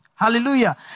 hallelujah